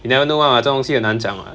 you never know [one] [what] 这种东西很难讲 [what]